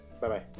Bye-bye